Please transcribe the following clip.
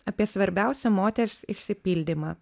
apie svarbiausią moters išsipildymą